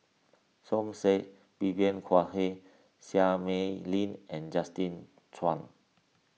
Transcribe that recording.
Som Said Vivien Quahe Seah Mei Lin and Justin Zhuang